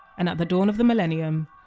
and at the dawn of the millennium,